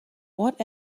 what